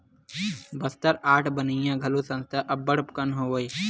Bastar art बनइया घलो संस्था अब्बड़ कन हवय